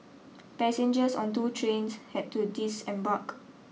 passengers on two trains had to disembark